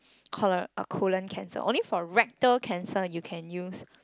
colo~ colon cancer only for rectal cancer you can use